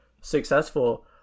successful